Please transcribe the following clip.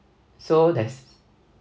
so that's